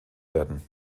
werden